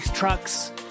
Trucks